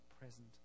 present